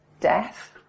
death